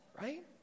right